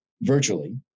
virtually